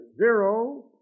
zero